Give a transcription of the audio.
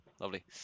lovely